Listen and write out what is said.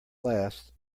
last